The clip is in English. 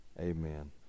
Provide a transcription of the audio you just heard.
Amen